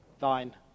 thine